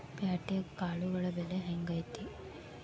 ಪ್ಯಾಟ್ಯಾಗ್ ಕಾಳುಗಳ ಬೆಲೆ ಹೆಂಗ್ ಐತಿ?